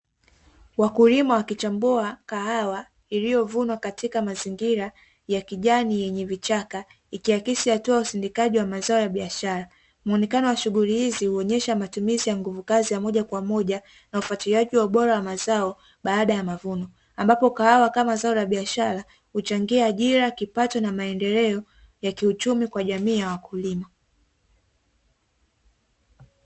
Wakulima wakichambua kahawa, iliyovunwa katika mazingira ya kijani yenye vichaka ikiakisi hatua ya usindikaji wa mazao ya biashara muonekano wa shughuli hizi huonyesha matumizi ya nguvu kazi ya moja kwa moja na ufuatiliaji wa ubora wa mazao baada ya mavuno ambapo kahawa kama zao la biashara huchangia ajira kipato na maendeleo ya kiuchumi kwa jamii ya wakulima.